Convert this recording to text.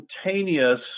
spontaneous